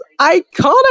iconic